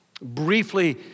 Briefly